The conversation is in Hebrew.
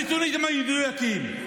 הנתונים המדויקים: